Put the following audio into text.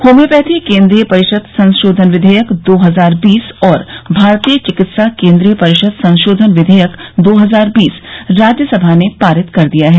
homeopathy केंद्रीय परिषद संशोधन विधेयक दो हजार बीस और भारतीय चिकित्सा केंद्रीय परिषद संशोधन विधेयक दो हजार बीस राज्यसभा ने पारित कर दिया है